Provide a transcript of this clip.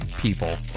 people